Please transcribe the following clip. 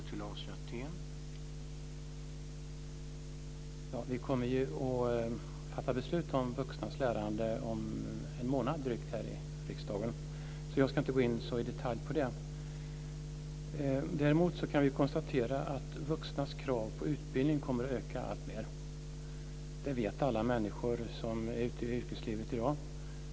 Herr talman! Vi kommer ju att fatta beslut om vuxnas lärande om drygt en månad här i riksdagen, så jag ska inte i detalj gå in på det. Däremot kan vi konstatera att vuxnas krav på utbildning kommer att öka alltmer. Det vet alla människor som är ute i yrkeslivet i dag.